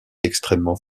extrêmement